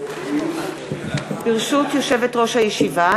ברשות יושבת-ראש הישיבה,